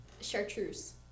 chartreuse